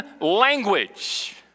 language